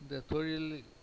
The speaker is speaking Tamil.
இந்த தொழில்